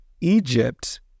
Egypt